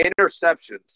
Interceptions